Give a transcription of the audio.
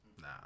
Nah